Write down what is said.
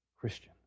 Christian